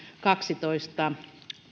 kaksitoista